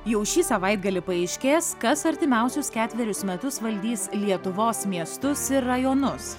jau šį savaitgalį paaiškės kas artimiausius ketverius metus valdys lietuvos miestus ir rajonus